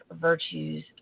virtues